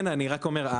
אני רק אומר,